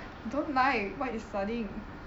don't lie what you studying